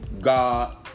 god